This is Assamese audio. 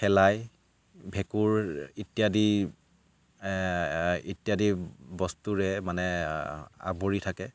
শেলাই ভেঁকুৰ ইত্যাদি ইত্যাদি বস্তুৰে মানে আৱৰি থাকে